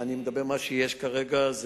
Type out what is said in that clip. אני מדבר על מה שיש כרגע.